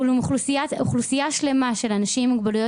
אולם אוכלוסייה שלמה של אנשים עם מוגבלויות